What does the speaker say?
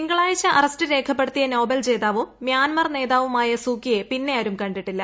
തിങ്കളാഴ്ച അറസ്റ്റ് രേഖപ്പെടുത്തിയ നൊബേൽ ജേതാവും മ്യാൻമർ നേതാവുമായ സൂചിയെ പിന്നെ ആരും കണ്ടിട്ടില്ല